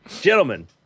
Gentlemen